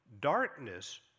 darkness